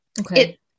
Okay